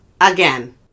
Again